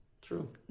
True